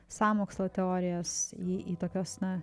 sąmokslo teorijas į į tokias na